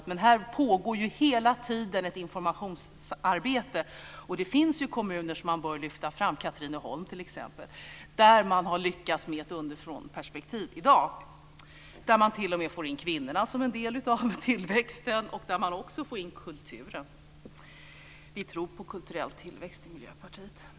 Men här pågår hela tiden ett informationsarbete, och det finns kommuner som man bör lyfta fram, t.ex. Katrineholm, där man i dag har lyckats med ett underifrånperspektiv. Där får man t.o.m. in kvinnorna som en del av tillväxten, och man får också in kulturen. Vi i Miljöpartiet tror på kulturell tillväxt.